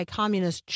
communist